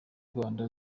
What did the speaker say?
rwanda